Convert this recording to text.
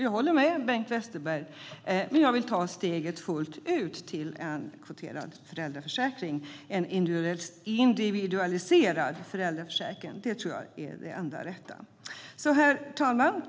Jag håller med Bengt Westerberg, men jag vill ta steget fullt ut till en kvoterad och individualiserad föräldraförsäkring. Det tror jag är det enda rätta. Herr talman!